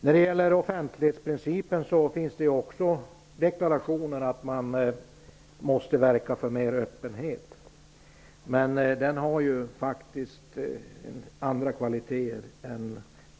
När det gäller offentlighetsprincipen finns det ju deklarationer om att man måste verka för större öppenhet. Men offentlighetsprincipen har faktiskt även andra kvaliteter.